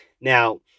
Now